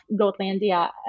Goatlandia